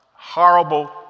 Horrible